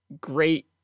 great